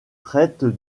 traite